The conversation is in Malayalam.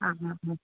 ആ ആ ആ